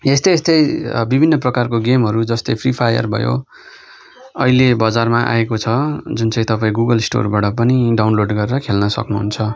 यस्तै यस्तै विभिन्न प्रकारको गेमहरू जस्तै फ्री फायर भयो अहिले बजारमा आएको छ जुन चाहिँ तपाईँ गुगल स्टोरबाट पनि डाउनलोड गरेर खेल्न सक्नु हुन्छ